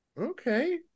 Okay